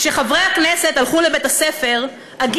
כשחברי הכנסת הלכו לבית הספר, מירב, בבקשה.